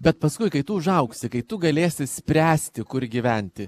bet paskui kai tu užaugsi kai tu galėsi spręsti kur gyventi